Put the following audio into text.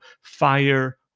fire